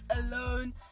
alone